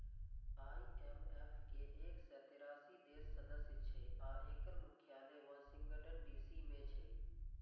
IMF के एक सय तेरासी देश सदस्य छै आ एकर मुख्यालय वाशिंगटन डी.सी मे छै